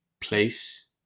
place